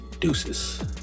Deuces